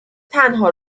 تنها